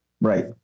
Right